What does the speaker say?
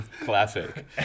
Classic